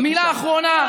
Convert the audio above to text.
מילה אחרונה.